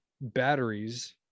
batteries